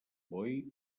boi